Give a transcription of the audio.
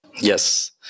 Yes